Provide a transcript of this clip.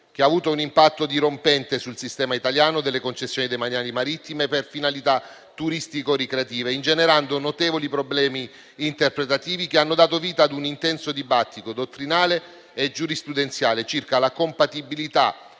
che ha avuto un impatto dirompente sul sistema italiano delle concessioni demaniali marittime per finalità turistico-ricreative, ingenerando notevoli problemi interpretativi, che hanno dato vita a un intenso dibattito dottrinale e giurisprudenziale circa la compatibilità